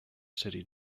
city